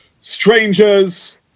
strangers